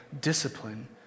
discipline